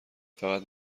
فقط